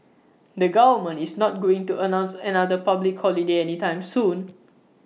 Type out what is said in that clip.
the government is not going to announce another public holiday anytime soon